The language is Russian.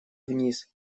вниз